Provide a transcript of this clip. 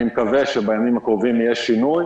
אני מקווה שבימים הקרובים יהיה שינוי,